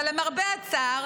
אבל למרבה הצער